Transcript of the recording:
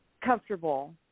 comfortable